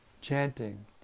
chanting